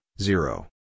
zero